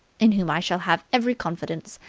in whom i shall have every confidence.